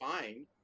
fine